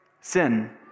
sin